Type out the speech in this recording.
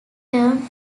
term